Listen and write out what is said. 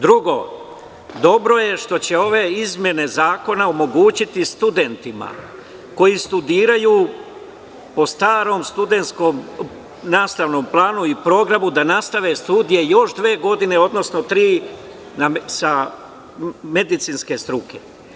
Drugo, dobro je što će ove izmene zakona omogućiti studentima koji studiraju po starom studentskom nastavnom planu i programu da nastave studije još dve godine, odnosno tri sa medicinske struke.